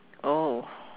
oh